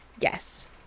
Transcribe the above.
Yes